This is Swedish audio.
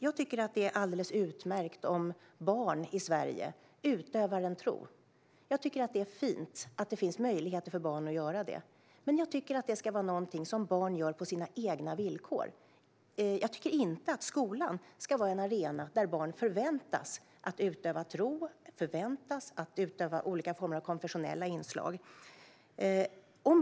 Jag tycker att det är alldeles utmärkt om barn i Sverige utövar en tro. Jag tycker att det är fint att det finns möjligheter för barn att göra det. Men jag tycker att detta ska vara någonting som barn gör på sina egna villkor. Jag tycker inte att skolan ska vara en arena där barn förväntas utöva tro eller delta i olika former av konfessionella inslag.